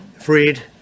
freed